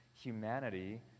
humanity